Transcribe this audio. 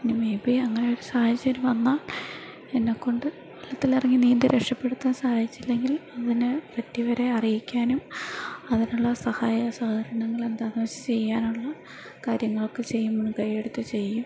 പിന്നെ maybe അങ്ങനെയൊരു സാഹചര്യം വന്നാൽ എന്നെക്കൊണ്ട് കുളത്തിൽ ഇറങ്ങി നീന്തി രക്ഷപ്പെടുത്താൻ സാധിച്ചില്ലെങ്കിൽ അതിന് പറ്റിയവരെ അറിയിക്കാനും അതിനുള്ള സഹായ സഹകരണങ്ങൾ എന്താണെന്നു വച്ചാൽ ചെയ്യാനുള്ള കാര്യങ്ങളൊക്കെ ചെയ്യും മുൻകയ്യെടുത്ത് ചെയ്യും